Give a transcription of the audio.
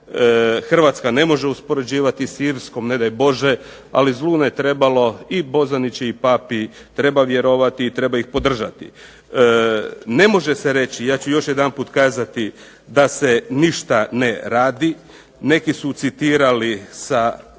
Hrvatska ne može uspoređivati s Irskom, ne daj Bože, ali zlu ne trebalo i Bozanić i papi treba vjerovati i treba ih podržati. Ne može se reći, ja ću još jedanput kazati, da se ništa ne radi, neki su citirali sa